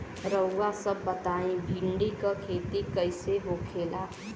रउआ सभ बताई भिंडी क खेती कईसे होखेला?